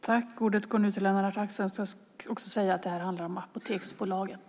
Jag vill erinra om att interpellationen handlar om Apoteksbolaget.